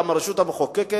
גם הרשות המחוקקת,